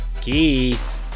Keith